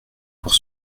pour